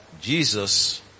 Jesus